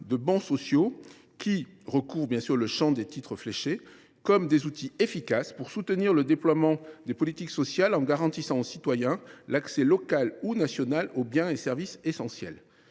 de bons sociaux, dont relèvent les titres fléchés, comme des outils efficaces pour le déploiement de politiques sociales garantissant aux citoyens l’accès local ou national aux biens et services essentiels.